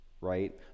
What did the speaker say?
right